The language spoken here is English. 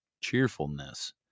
cheerfulness